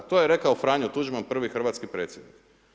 To je rekao Franjo Tuđman, prvi hrvatski predsjednik.